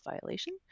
violation